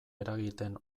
eragiten